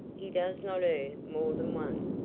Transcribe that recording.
he does not earn more than one.